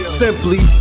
simply